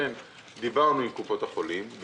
דיברנו עם קופות החולים.